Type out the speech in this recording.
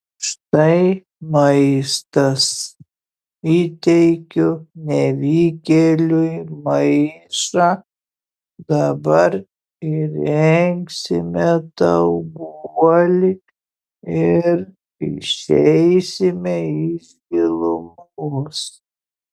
štai maistas įteikiu nevykėliui maišą dabar įrengsime tau guolį ir išeisime iš gilumos